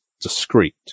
discreet